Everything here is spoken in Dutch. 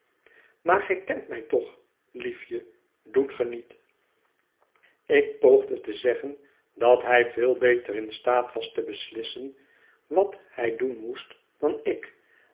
maar gij kent mij toch liefje doet ge niet ik poogde te zeggen dat hij veel beter in staat was te beslissen wat hij doen moest dan ik